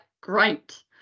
great